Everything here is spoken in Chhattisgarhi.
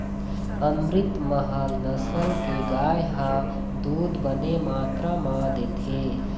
अमरितमहल नसल के गाय ह दूद बने मातरा म देथे